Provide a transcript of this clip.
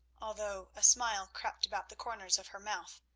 although a smile crept about the corners of her mouth,